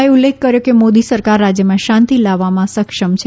શ્રી શાહે ઉલ્લેખ કર્યો કે મોદી સરકાર રાજ્યમાં શાંતિ લાવવામાં સક્ષમ છે